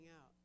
out